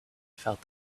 felt